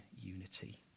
unity